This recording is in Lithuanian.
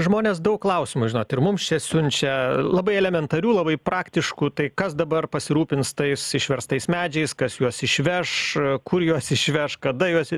žmonės daug klausimų žinot ir mums čia siunčia labai elementarių labai praktiškų tai kas dabar pasirūpins tais išverstais medžiais kas juos išveš kur juos išveš kada juos